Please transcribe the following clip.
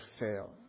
fail